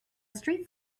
street